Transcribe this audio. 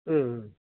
उम्